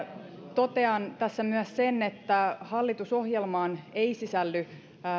totean tässä myös sen että hallitusohjelmaan ei sisälly